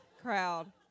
crowd